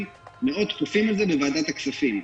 מאוד תכופים על זה בוועדת הכספים.